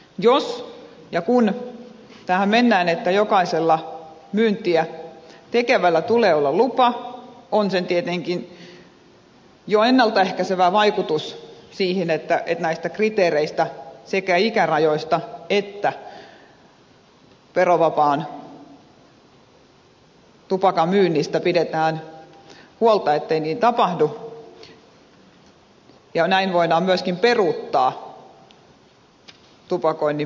jos ja kun tähän mennään että jokaisella myyntiä tekevällä tulee olla lupa on sillä tietenkin jo ennalta ehkäisevä vaikutus siihen että näistä kriteereistä sekä ikärajoista että verovapaan tupakan myynnistä pidetään huolta että niitä noudatetaan ja näin voidaan myöskin peruuttaa tupakoinnin myyntilupa